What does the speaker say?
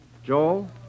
Joel